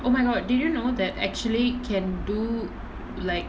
oh my god did you know that actually can do like